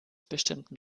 bestimmten